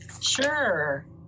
sure